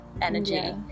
energy